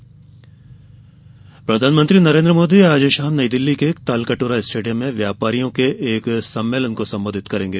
प्रधानमंत्री व्यापारी प्रधानमंत्री नरेंद्र मोदी आज शाम नई दिल्ली के तालकटोरा स्टेडियम में व्यापारियों के एक सम्मेलन को संबोधित करेंगे